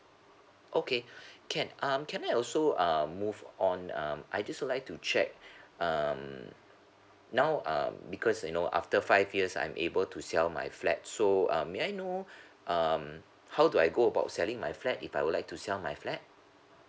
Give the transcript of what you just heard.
okay can um can I also um move on um I just like to check um now um because you know after five years I'm able to sell my flat so uh may I know um how do I go about selling my flat if I would like to sell my flat